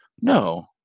no